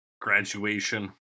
Graduation